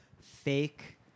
fake